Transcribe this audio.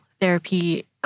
therapy